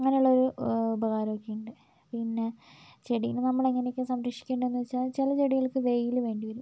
അങ്ങനുള്ളൊരു ഉപകാരമൊക്കെ ഉണ്ട് പിന്നെ ചെടീനെ നമ്മളിങ്ങനെ ഒക്കെ സംരക്ഷിക്കേണ്ടതെന്നു വെച്ചാൽ ചില ചെടികൾക്ക് വെയിൽ വേണ്ടിവരും